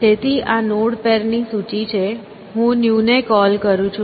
તેથી આ નોડ પેરની સૂચિ છે હું ન્યુ ને કોલ કરું છું